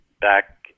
back